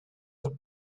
the